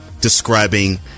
describing